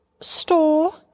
store